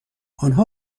آنها